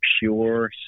pure